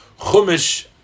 Chumish